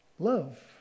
Love